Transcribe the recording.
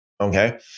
okay